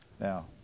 Now